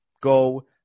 Go